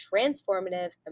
transformative